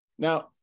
Now